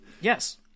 Yes